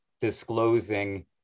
disclosing